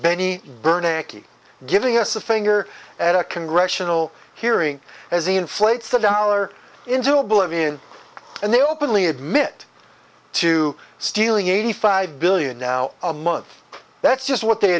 ikey giving us a finger at a congressional hearing as he inflates the dollar into oblivion and they openly admit to stealing eighty five billion now a month that's just what they